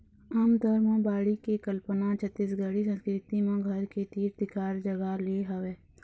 आमतौर म बाड़ी के कल्पना छत्तीसगढ़ी संस्कृति म घर के तीर तिखार जगा ले हवय